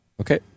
Okay